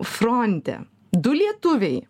fronte du lietuviai